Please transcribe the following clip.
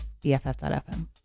bff.fm